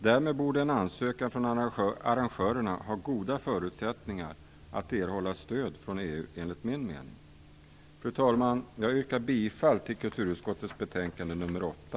Därmed borde en ansökan från arrangörerna ha goda förutsättningar att erhålla stöd från EU, enligt min mening. Fru talman! Jag yrkar bifall till hemställan i kulturutskottets betänkande nr 8.